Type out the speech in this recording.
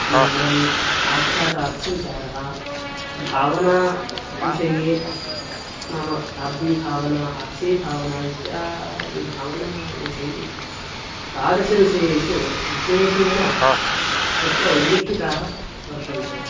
अनन्तरम् आख्यातार्थविचारः भावनाविषये नाम शाब्दीभावना आर्थीभावना इत्यादिभावना ये सन्ति तादृशविषयेषु विशेषेण तत्र उल्लिखिताः वर्तन्ते